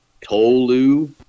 Tolu